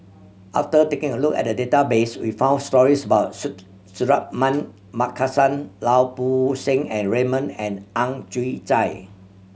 after taking a look at the database we found stories about Suratman Markasan Lau Poo Seng Raymond and Ang Chwee Chai